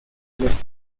les